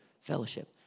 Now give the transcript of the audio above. fellowship